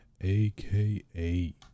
AKA